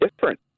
different